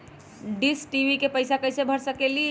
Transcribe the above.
Dish TV के पैईसा कईसे भर सकली?